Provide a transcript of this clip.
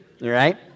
right